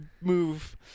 move